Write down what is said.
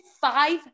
five